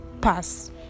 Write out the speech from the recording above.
pass